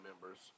members